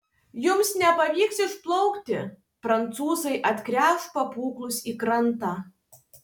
jums nepavyks išplaukti prancūzai atgręš pabūklus į krantą